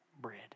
bread